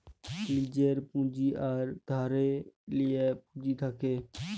লীজের পুঁজি আর ধারে লিয়া পুঁজি থ্যাকে